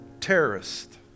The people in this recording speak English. terrorist